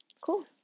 Cool